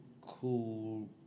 cool